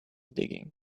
digging